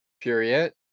period